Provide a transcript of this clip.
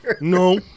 No